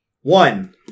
One